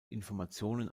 informationen